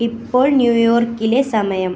ഇപ്പോൾ ന്യൂയോർക്കിലെ സമയം